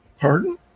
Pardon